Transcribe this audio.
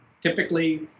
Typically